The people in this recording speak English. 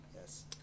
Yes